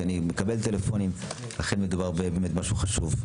אני מקבל טלפונים ולכן מדובר במשהו חשוב.